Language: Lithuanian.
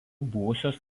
buvusios